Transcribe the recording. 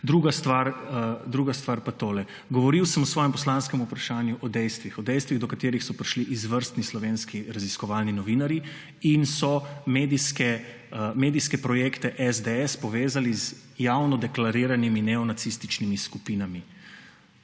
Druga stvar pa je to. Govoril sem v svojem poslanskem vprašanju o dejstvih; o dejstvih, do katerih so prišli izvrstni slovenski raziskovalni novinarji in so medijske projekte SDS povezali z javno deklariranimi neonacističnimi skupinami.